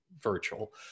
virtual